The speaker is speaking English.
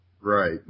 Right